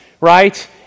right